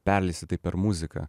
perleisti tai per muziką